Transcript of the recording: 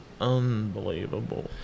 unbelievable